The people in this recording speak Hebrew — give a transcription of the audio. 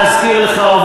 להזכיר לך,